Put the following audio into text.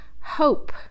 hope